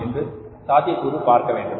என்ற சாத்தியக்கூறு பார்க்க வேண்டும்